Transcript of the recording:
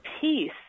peace